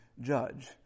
judge